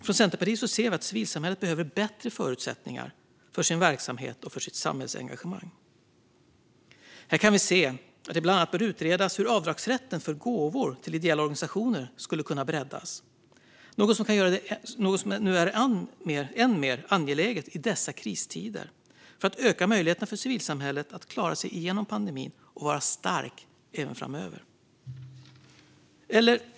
I Centerpartiet ser vi dock att civilsamhället behöver bättre förutsättningar för sin verksamhet och sitt samhällsengagemang. Det behöver bland annat utredas hur avdragsrätten för gåvor till ideella organisationer skulle kunna breddas. Det är något som i dessa kristider är än mer angeläget för att möjligheterna för civilsamhället att klara sig igenom pandemin ska bli större och för att civilsamhället därmed ska kunna vara starkt även framöver.